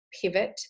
pivot